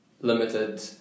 limited